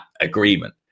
agreement